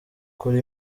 kora